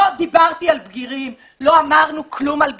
לא דיברתי על בגירים, לא אמרנו כלום על בגירים.